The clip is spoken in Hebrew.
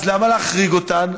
אז למה להחריג אותן?